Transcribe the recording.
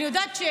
אני יודעת,